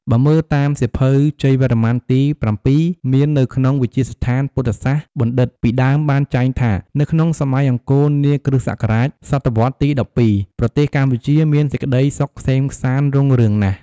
បើមើលតាម សៀវភៅជ័យវរ្ម័នទី៧ មាននៅក្នុងវិទ្យាស្ថានពុទ្ធសាសនបណ្ឌិត្យ ពីដើមបានចែងថានៅក្នុងសម័យអង្គរនា គ.ស សតវត្សរ៍ទី១២ ប្រទេសកម្ពុជា មានសេចក្តីសុខក្សេមក្សាន្តរុងរឿងណាស់។